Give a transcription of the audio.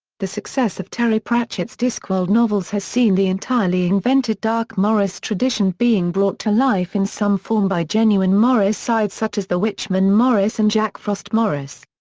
the success of terry pratchett's discworld novels has seen the entirely invented dark morris tradition being brought to life in some form by genuine morris sides such as the witchmen morris and jack frost morris.